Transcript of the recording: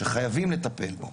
שחייבים לטפל בו.